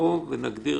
שנה,